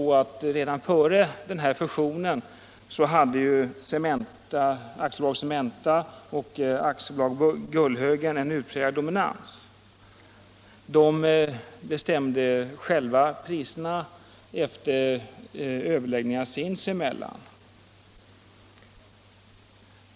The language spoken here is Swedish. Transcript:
Redan före den här fusionen hade AB Cementa och AB Gullhögen en utpräglad dominans. De bestämde själva priserna efter överläggningar sinsemellan.